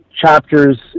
chapters